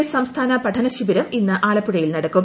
S സംസ്ഥാന പഠനശിബിരം ഇന്ന് ആലപ്പുഴയിൽ നടക്കും